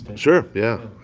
sure, yeah.